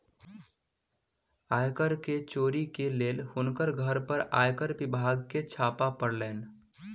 आय कर के चोरी के लेल हुनकर घर पर आयकर विभाग के छापा पड़लैन